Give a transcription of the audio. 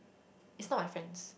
it's not my friends